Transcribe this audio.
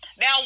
Now